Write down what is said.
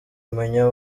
umenya